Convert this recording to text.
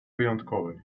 wyjątkowej